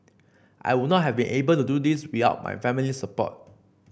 I would not have been able to do this without my family's support